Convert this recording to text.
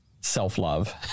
self-love